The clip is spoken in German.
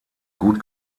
gut